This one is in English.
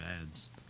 ads